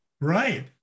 Right